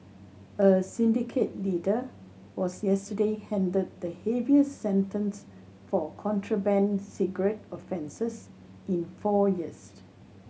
a syndicate leader was yesterday handed the heaviest sentence for contraband cigarette offences in four years